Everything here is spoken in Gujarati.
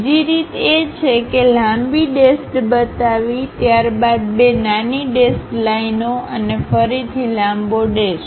બીજી રીત એ છે કે લાંબી ડેશ્ડબતાવી ત્યારબાદ બે નાની ડેશ્ડલાઇનો અને ફરીથી લાંબો ડેશ